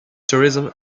tourism